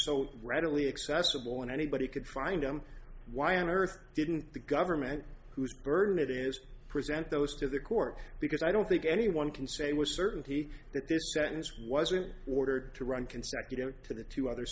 so readily accessible and anybody could find them why on earth didn't the government whose burden it is present those to the court because i don't think anyone can say with certainty that this sentence wasn't ordered to run consecutive to the two other